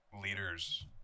leaders